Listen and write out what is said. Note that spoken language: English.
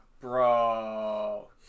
Bro